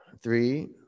three